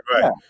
Right